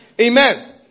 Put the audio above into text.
Amen